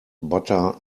butter